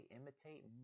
imitate